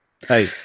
Hey